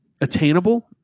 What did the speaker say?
attainable